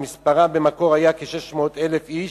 שמספרם במקור היה כ-600,000 איש,